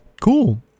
Cool